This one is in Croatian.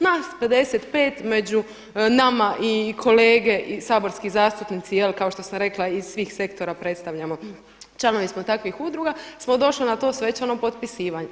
Nas 55 među nama i kolege saborski zastupnici kao što sam rekla iz svih sektora predstavljamo, članovi smo takvih udruga smo došli na to svečano potpisivanje.